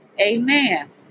Amen